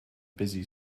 busy